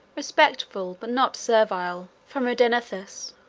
respectful, but not servile, from odenathus,